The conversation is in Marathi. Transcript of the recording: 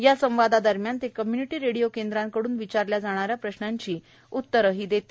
या संवादादरम्यान ते कम्य्निटी रेडिओ केंद्रांकडून विचारल्या जाणाऱ्या प्रश्नांची उत्तरंही देतील